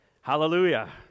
Hallelujah